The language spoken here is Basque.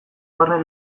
barne